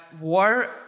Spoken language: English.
war